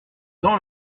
dans